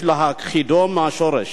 יש להכחידו מהשורש,